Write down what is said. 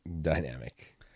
dynamic